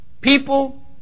people